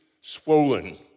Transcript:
swollen